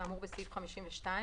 כאמור בסעיף 52,